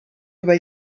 über